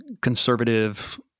conservative